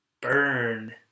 burn